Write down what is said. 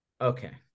okay